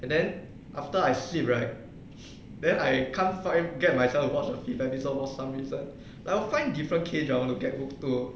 and then after I sleep right then I can't find get myself to watch a few episode for some reason I'll find different K drama to get hook to